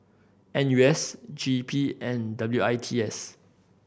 N U S G P N and W I T S